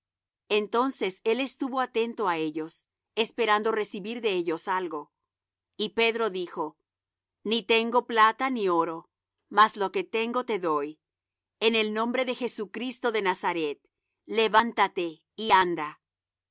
entonces él estuvo atento á ellos esperando recibir de ellos algo y pedro dijo ni tengo plata ni oro mas lo que tengo te doy en el nombre de jesucristo de nazaret levántate y anda